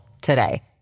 today